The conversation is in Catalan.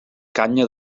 canya